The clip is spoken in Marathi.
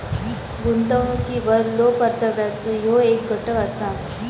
गुंतवणुकीवरलो परताव्याचो ह्यो येक घटक असा